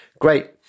Great